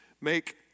make